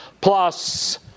plus